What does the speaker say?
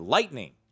Lightning